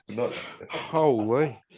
Holy